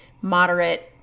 moderate